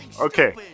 Okay